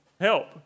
help